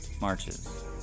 marches